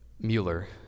Mueller